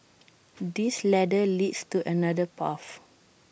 this ladder leads to another path